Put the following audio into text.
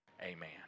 Amen